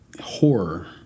Horror